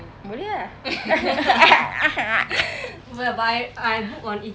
boleh ah